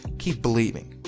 keep believing.